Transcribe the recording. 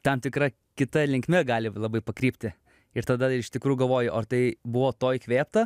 tam tikra kita linkme gali labai pakrypti ir tada iš tikrųjų galvoju o ar tai buvo to įkvėpta